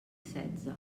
setze